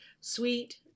sweet